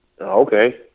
Okay